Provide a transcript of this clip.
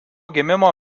gimimo